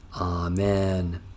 Amen